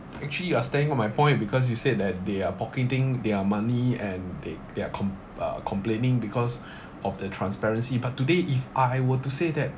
actually you are staying on my point because you said that they are pocketing their money and they they are com~ uh complaining because of the transparency but today if I were to say that